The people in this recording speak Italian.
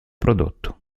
prodotto